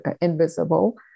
invisible